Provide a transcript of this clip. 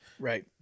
Right